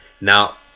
Now